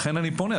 לכן אני פונה.